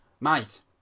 mate